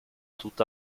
tutta